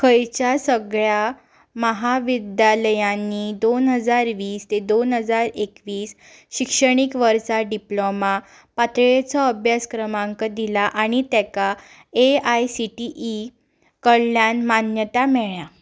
खंयच्या सगळ्या माहाविद्यालयांनी दोन हजार वीस ते दोन हजार एकवीस शिक्षणीक वर्सा डिप्लॉमा पातळेचो अभ्यासक्रमांक दिला आनी तेका A I C T E कडल्यान मान्यता मेळ्या